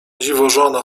dziwożona